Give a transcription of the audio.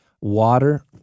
Water